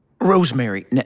Rosemary